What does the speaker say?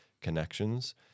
connections